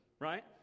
right